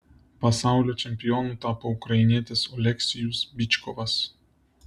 pasaulio čempionu tapo ukrainietis oleksijus byčkovas